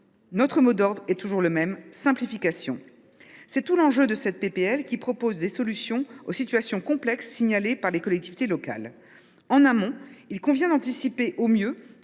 Notre mot d’ordre est toujours le même : simplification. C’est tout l’enjeu de cette proposition de loi, qui prévoit des solutions aux situations complexes signalées par les collectivités locales. En amont, il convient d’anticiper au mieux